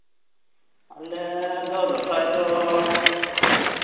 ᱟᱞᱮ ᱫᱚ ᱫᱟᱸᱥᱟᱭ ᱫᱚ